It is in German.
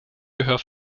gehör